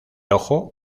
ojo